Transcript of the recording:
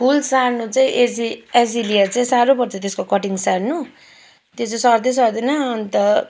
फुल सार्न चाहिँ एजी एजिलिया चाहिँ साह्रो पर्छ त्यसको कटिङ सार्नु त्यो चाहिँ सर्दै सर्दैन अन्त